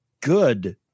good